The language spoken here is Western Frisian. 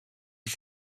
ris